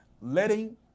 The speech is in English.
letting